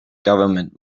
government